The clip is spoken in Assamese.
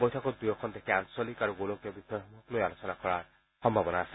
বৈঠকত দুয়োখন দেশে আঞ্চলিক আৰু গোলকীয় বিষয়সমূহক লৈ আলোচনা কৰাৰ সম্ভাৱনা আছে